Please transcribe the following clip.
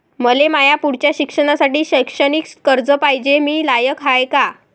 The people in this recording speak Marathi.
मले माया पुढच्या शिक्षणासाठी शैक्षणिक कर्ज पायजे, मी लायक हाय का?